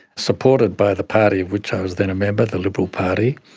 supported by the party of which i was then a member, the liberal party.